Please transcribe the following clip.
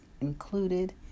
included